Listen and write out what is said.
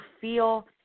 feel